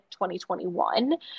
2021